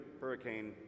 Hurricane